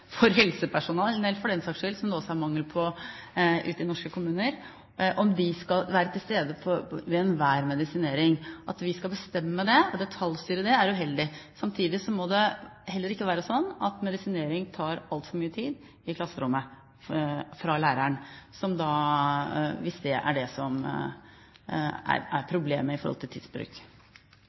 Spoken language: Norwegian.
for den saks skyld, som det også er mangel på ute i norske kommuner, om de skal være til stede ved enhver medisinering. At vi skal bestemme det og detaljstyre det, er uheldig. Samtidig må det heller ikke være sånn at medisinering tar altfor mye tid i klasserommet fra læreren, hvis det er det som er problemet i forhold til tidsbruk.